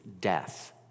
death